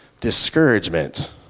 discouragement